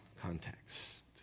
context